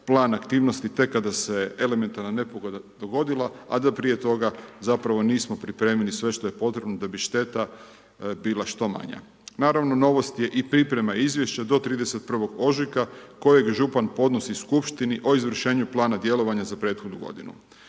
plan aktivnosti, tek kada se elementarna nepogoda dogodila, a da prije toga, zapravo nismo pripremili sve što je potrebno, da bi šteta bila što manje. Naravno, novost je i priprema izvješća do 31. ožujka, kojeg župan podnosi skupštini o izvršenju plana djelovanja za prethodnu g.